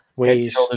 Ways